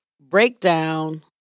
breakdown